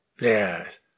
Yes